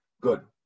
Good